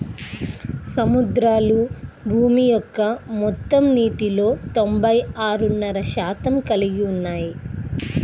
సముద్రాలు భూమి యొక్క మొత్తం నీటిలో తొంభై ఆరున్నర శాతం కలిగి ఉన్నాయి